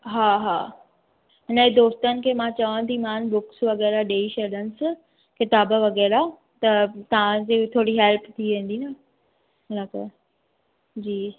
हा हा हिन जे दोस्तनि खे मां चवंदीमान बुक्स वग़ैरह ॾेई छॾियंसि किताब वग़ैरह त तव्हांजी बि थोरी हैल्प थी वेंदी न हिन करे जी